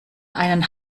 einen